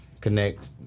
connect